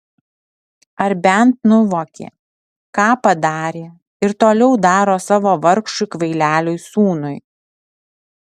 ar bent nuvokė ką padarė ir toliau daro savo vargšui kvaileliui sūnui